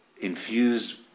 infused